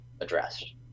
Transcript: addressed